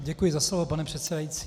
Děkuji za slovo, pane předsedající.